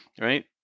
right